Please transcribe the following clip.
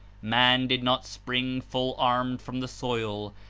man did not spring full armed from the soil.